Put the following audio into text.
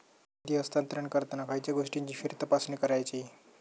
निधी हस्तांतरण करताना खयच्या गोष्टींची फेरतपासणी करायची?